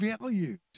values